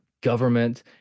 government